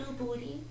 booty